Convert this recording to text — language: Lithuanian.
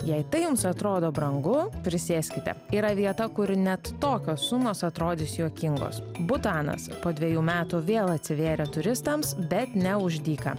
jei tai jums atrodo brangu prisėskite yra vieta kur net tokios sumos atrodys juokingos butanas po dvejų metų vėl atsivėrė turistams bet ne už dyką